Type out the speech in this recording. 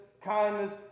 kindness